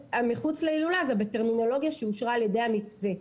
המחוץ-להילולה זה בטרמינולוגיה שאושרה על ידי המתווה.